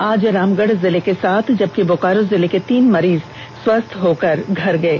आज रामगढ़ जिले के सात जबकि बोकारो जिले के तीन मरीज स्वस्थ होकर घर चले गये